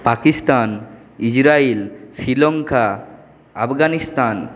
Pakistan Israel Sri Lanka Afghanistan